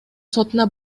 сотуна